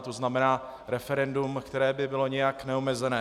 To znamená referendum, které by bylo nějak neomezené.